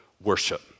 worship